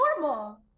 normal